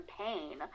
pain